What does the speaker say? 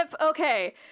Okay